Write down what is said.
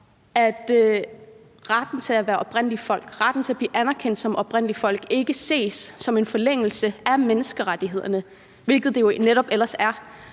– retten til at være et oprindeligt folk, retten til at blive anerkendt som et oprindeligt folk, ikke ses som en forlængelse af menneskerettighederne, hvilket det jo ellers